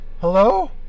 Hello